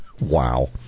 Wow